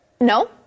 No